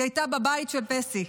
היא הייתה בבית של פסי.